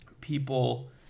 people